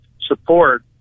support